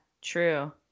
true